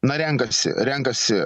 na renkasi renkasi